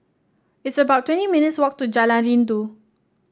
it's about twenty minutes' walk to Jalan Rindu